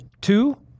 two